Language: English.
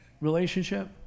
relationship